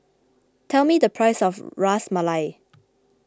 tell me the price of Ras Malai